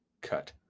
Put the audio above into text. cut